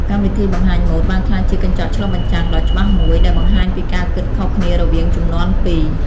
កម្មវិធីបង្ហាញម៉ូដបានក្លាយជាកញ្ចក់ឆ្លុះបញ្ចាំងដ៏ច្បាស់មួយ ដែលបង្ហាញពីការគិតខុសគ្នារវាងជំនាន់ពីរ។